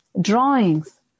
drawings